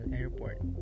Airport